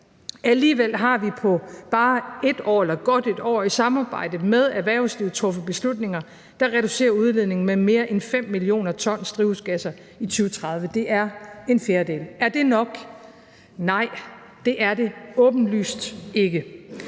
Alligevel har vi på godt et år i samarbejde med erhvervslivet truffet beslutninger, der reducerer udledningen med mere end 5 mio. t drivhusgasser i 2030. Det er en fjerdedel. Er det nok? Nej, det er det åbenlyst ikke.